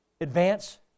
advance